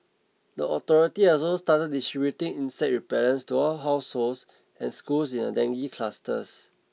the authority has also started distributing insect repellents to all households and schools in a dengue clusters